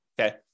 okay